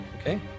okay